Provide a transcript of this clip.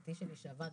החקיקתי שלי שעבד,